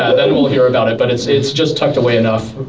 ah then we'll hear about it. but it's it's just tucked away enough,